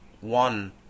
one